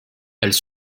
elles